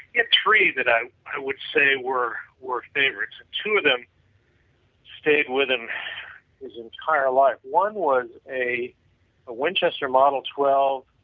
he had three that i i would say were were favorites, two of them stayed with him his entire life. one was a winchester model twelve,